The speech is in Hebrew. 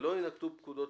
ולא ינקטו פעולות